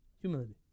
Humility